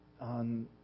on